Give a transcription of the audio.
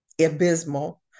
abysmal